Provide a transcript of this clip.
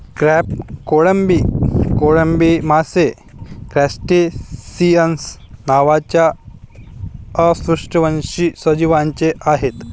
crab, कोळंबी, कोळंबी मासे क्रस्टेसिअन्स नावाच्या अपृष्ठवंशी सजीवांचे आहेत